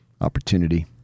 Opportunity